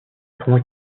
pendant